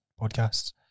podcasts